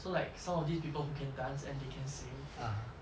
so like some of these people who can dance and they can sing